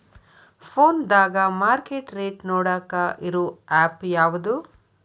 ಫೋನದಾಗ market rate ನೋಡಾಕ್ ಇರು ಆ್ಯಪ್ ಯಾವದು?